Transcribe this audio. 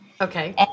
Okay